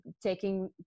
taking